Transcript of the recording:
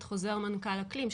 את חוזר מנכ"ל אקלים,